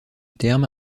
terme